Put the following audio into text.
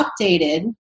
updated